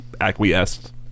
acquiesced